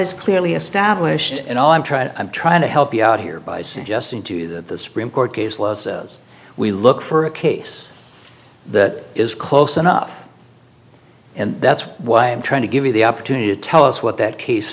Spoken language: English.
is clearly established and i'm trying i'm trying to help you out here by suggesting to you that the supreme court case law as we look for a case that is close enough and that's why i'm trying to give you the opportunity to tell us what that case